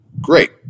Great